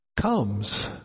comes